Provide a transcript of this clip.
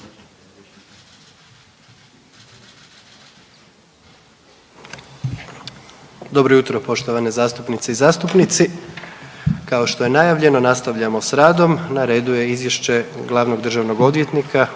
Dobro jutro poštovane zastupnice i zastupnici, kao što je najavljeno nastavljamo s radom, na redu je: - Izvješće glavnog državnog odvjetnika